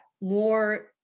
more